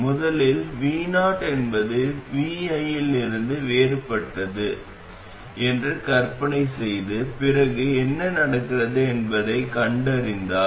முதலில் vo என்பது viயிலிருந்து வேறுபட்டது என்று கற்பனை செய்து பிறகு என்ன நடக்கிறது என்பதைக் கண்டறிதல்